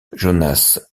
jonas